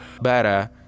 better